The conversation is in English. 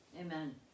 Amen